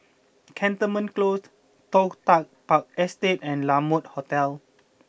Cantonment Close Toh Tuck Park Estate and La Mode Hotel